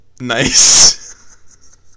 nice